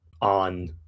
on